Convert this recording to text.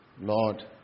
Lord